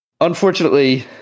Unfortunately